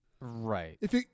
Right